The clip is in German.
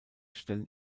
stellen